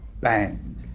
bang